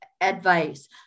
advice